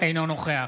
אינו נוכח